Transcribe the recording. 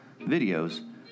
videos